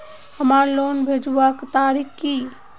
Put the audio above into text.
हमार लोन भेजुआ तारीख की?